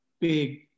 Big